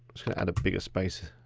add a bigger space.